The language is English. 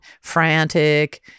frantic